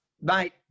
Mate